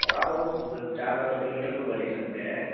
थोड़ा बहुत चार दस किलोमीटर तो बढ़ी सकते हैं